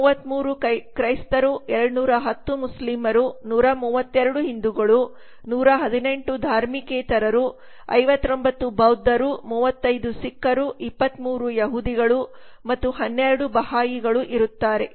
333 ಕ್ರೈಸ್ತರು 210 ಮುಸ್ಲಿಮರು 132 ಹಿಂದೂಗಳು 118 ಧಾರ್ಮಿಕೇತರರು 59 ಬೌದ್ಧರು 35 ಸಿಖ್ಖರು 23 ಯಹೂದಿಗಳು ಮತ್ತು 12ಬಹಾಯಿಗಳು ಇರುತ್ತಾರೆ